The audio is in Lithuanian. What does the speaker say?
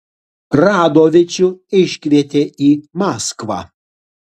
radovičių iškvietė į maskvą